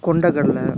கொண்டக்கடலை